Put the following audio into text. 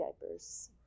diapers